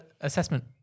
assessment